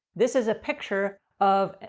this is a picture of,